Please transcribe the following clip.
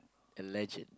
alleged